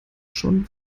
schon